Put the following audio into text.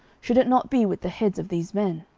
should it not be with the heads of these men?